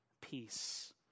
peace